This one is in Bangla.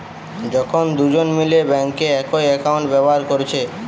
যখন দুজন মিলে বেঙ্কে একই একাউন্ট ব্যাভার কোরছে